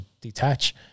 detach